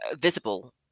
visible